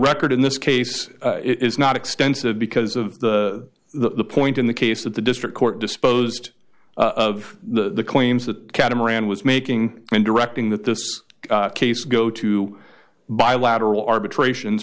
record in this case it is not extensive because of the point in the case that the district court disposed of the claims that catamaran was making and directing that this case go to bilateral arbitration